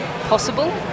possible